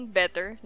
better